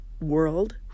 world